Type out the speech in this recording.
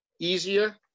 easier